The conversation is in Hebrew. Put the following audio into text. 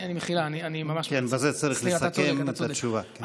בזה צריך לסכם את התשובה.